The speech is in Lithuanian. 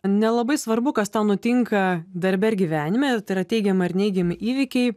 nelabai svarbu kas tau nutinka darbe ar gyvenime ir tai yra teigiama ar neigiami įvykiai